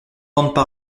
entendre